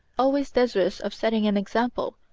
always desirous of setting an example,